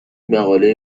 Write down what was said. مقاله